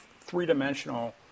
three-dimensional